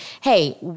hey